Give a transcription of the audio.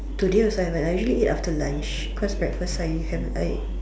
today also haven't I usually eat after lunch cause breakfast I haven't I